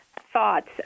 thoughts